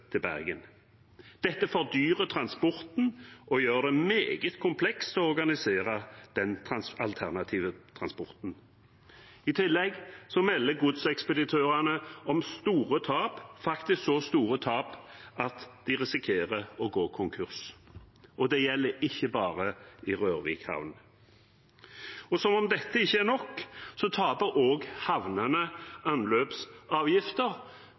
til Bergen. Dette fordyrer transporten og gjør det meget komplekst å organisere den alternative transporten. I tillegg melder godsekspeditørene om store tap, faktisk så store tap at de risikerer å gå konkurs. Og det gjelder ikke bare i Rørvik havn. Som om dette ikke er nok, taper også havnene anløpsavgifter,